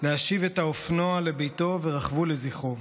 להשיב את האופנוע לביתו ורכבו לזכרו.